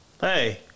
Hey